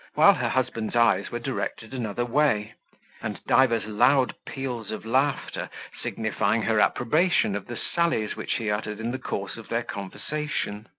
while her husband's eyes were directed another way and divers loud peals of laughter, signifying her approbation of the sallies which he uttered in the course of their conversation.